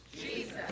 Jesus